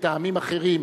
מטעמים אחרים,